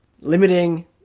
limiting